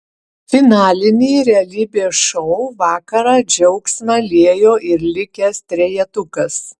finalinį realybės šou vakarą džiaugsmą liejo ir likęs trejetukas